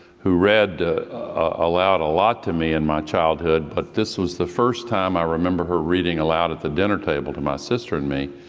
who read aloud a lot to me in my childhood, but this was the first time i remember her reading aloud at the dinner table to my sister and me,